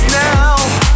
now